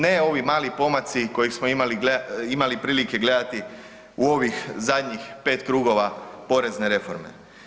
Ne ovi mali pomaci koje smo imali prilike gledati u ovih zadnjih pet krugova porezne reforme.